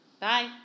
Bye